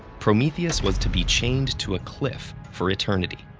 prometheus was to be chained to a cliff for eternity.